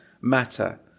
matter